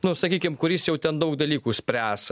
nu sakykim kuris jau ten daug dalykų spręs